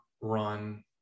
run